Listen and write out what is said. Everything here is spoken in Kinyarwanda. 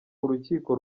urukiko